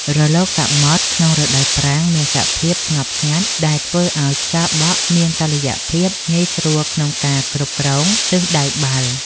រលកសមុទ្រក្នុងរដូវប្រាំងមានសភាពស្ងប់ស្ងាត់ ដែលធ្វើឱ្យខ្យល់បក់មានតុល្យភាព ងាយស្រួលក្នុងការគ្រប់គ្រងទិសដៅបាល់។